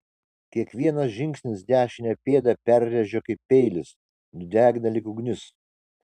kiekvienas žingsnis dešinę pėdą perrėžia kaip peilis nudegina lyg ugnis